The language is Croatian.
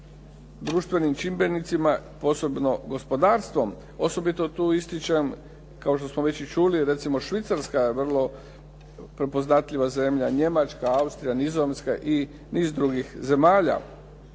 društvenim čimbenicima posebno gospodarstvom. Osobito tu ističem kao što smo već i čuli, recimo Švicarska je vrlo prepoznatljiva zemlja, Njemačka, Austrija, Nizozemska i niz drugih zemalja.